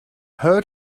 heard